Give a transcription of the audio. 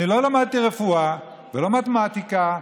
אני לא למדתי רפואה ולא מתמטיקה,